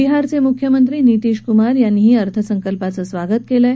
बिहारचे मुख्यमंत्री नीतिश कुमार यांनी अर्थसंकल्पाचं स्वागत केलं आहे